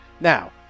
Now